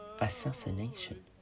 assassination